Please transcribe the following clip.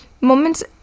Moments